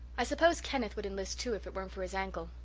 i suppose kenneth would enlist too if it weren't for his ankle.